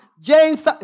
James